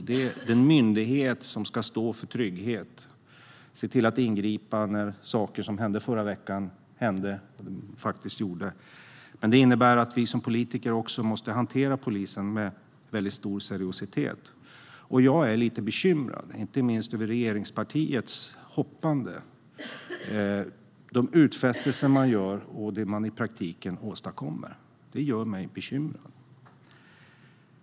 Det är den myndighet som ska stå för trygghet. Den ska ingripa när saker som de som hände förra veckan händer. Det innebär att vi som politiker måste hantera polisen med stor seriositet. Där är jag lite bekymrad över regeringspartiernas hoppande, de utfästelser man gör och det man i praktiken åstadkommer. Det gör mig bekymrad.